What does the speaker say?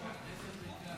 הכנסת ריקה